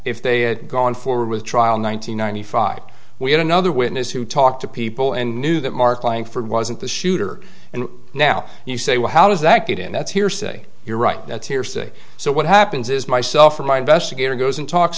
if they had gone forward with trial nine hundred ninety five we had another witness who talked to people and knew that mark langford wasn't the shooter and now you say well how does that get in that's hearsay you're right that's hearsay so what happens is myself or my investigator goes and talks